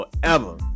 forever